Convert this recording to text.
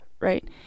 Right